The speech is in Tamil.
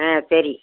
ஆ சரி